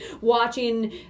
watching